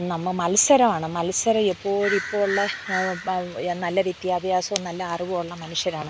നമ്മൾ മത്സരമാണ് മത്സരം എപ്പോഴും ഇപ്പോഴുള്ള നല്ല വിദ്യാഭ്യാസവും നല്ല അറിവുമുള്ള മനുഷ്യരാണ്